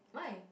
why